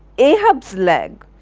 ahabis leg,